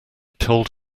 told